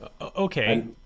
Okay